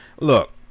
Look